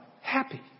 happy